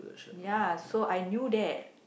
ya so I knew that